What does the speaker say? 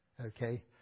Okay